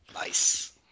Nice